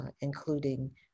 including